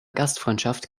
gastfreundschaft